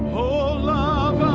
o love